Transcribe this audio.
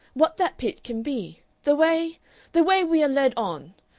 what that pit can be. the way the way we are led on!